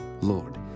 Lord